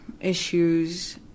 issues